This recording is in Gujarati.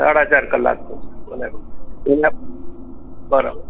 સાડા ચાર કલાક ભલે ભલે બરાબર